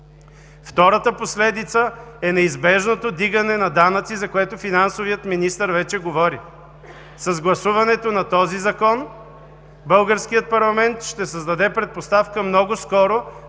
Втората последица е неизбежното вдигане на данъци, за което финансовият министър вече говори. С гласуването на този Закон българският парламент ще създаде предпоставка много скоро